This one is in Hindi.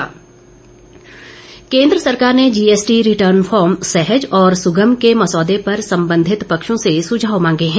जीएसटी केन्द्र सरकार ने जीएसटी रिटर्न फॉर्म सहज और सुगम के मसौदे पर सम्बंधित पक्षों से सुझाव मांगे हैं